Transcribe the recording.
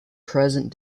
present